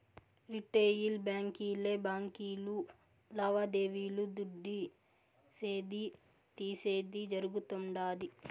retail బాంకీలే బాంకీలు లావాదేవీలు దుడ్డిసేది, తీసేది జరగుతుండాది